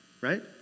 Right